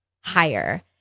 higher